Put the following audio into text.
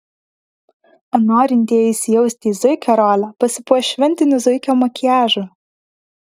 o norintieji įsijausti į zuikio rolę pasipuoš šventiniu zuikio makiažu